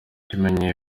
kimenyi